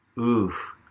Oof